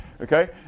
Okay